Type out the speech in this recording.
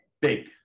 big